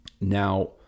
Now